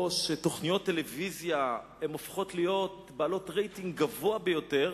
או שתוכניות טלוויזיה הופכות להיות בעלות רייטינג גבוה ביותר